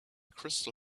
crystal